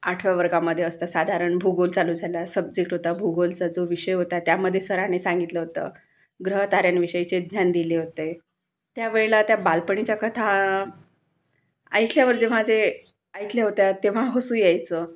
आठव्या वर्गामध्ये असता साधारण भूगोल चालू झाला सब्जेक्ट होता भूगोलचा जो विषय होता त्यामधे सरांनी सांगितलं होतं ग्रहताऱ्यांविषयीचे ज्ञान दिले होते त्या वेळेला त्या बालपणीच्या कथा ऐकल्यावर जेव्हा जे ऐकल्या होत्या तेव्हा हसू यायचं